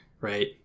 right